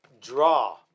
draw